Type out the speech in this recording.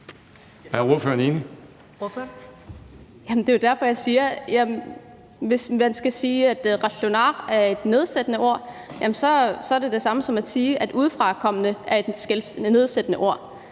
det er jo derfor, jeg siger, at hvis man skal sige, at »qallunaaq« er et nedsættende ord, så er det det samme som at sige, at »udefrakommende« er et nedsættende ord.